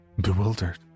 bewildered